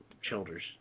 shoulders